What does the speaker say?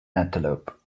antelope